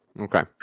Okay